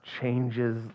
changes